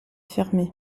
fermé